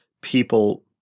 people